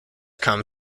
come